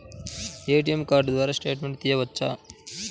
ATM card ద్వారా statement తీయవచ్చా?